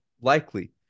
Likely